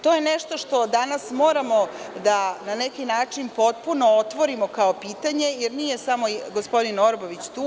To je nešto što danas moramo da, na neki način, potpuno otvorimo kao pitanje, jer nije samo gospodin Orbović tu.